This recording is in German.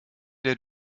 der